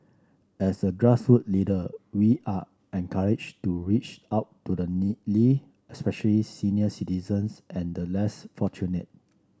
as a grass roots leader we are encourage to reach out to the needy especially senior citizens and the less fortunate